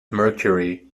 mercury